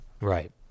Right